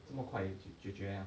这么快就解决呀